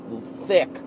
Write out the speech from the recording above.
thick